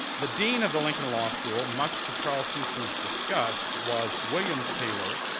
the dean of the lincoln law school, much to charles houston's disgust, was william taylor,